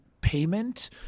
payment